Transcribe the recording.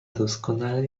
doskonale